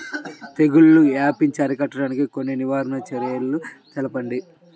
తెగుళ్ల వ్యాప్తి అరికట్టడానికి కొన్ని నివారణ చర్యలు తెలుపండి?